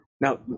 now